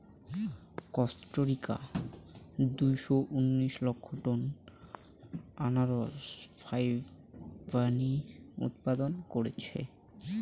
Costa Rica দুইশো উনাশি লক্ষ টন আনারস ফাইকবানী উৎপাদন কইরছে